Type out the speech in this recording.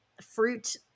fruit